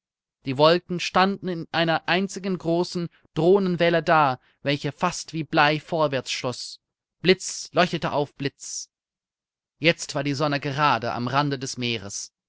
die wolken standen in einer einzigen großen drohenden welle da welche fast wie blei vorwärts schoß blitz leuchtete auf blitz jetzt war die sonne gerade am rande des meeres